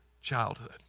childhood